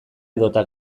edota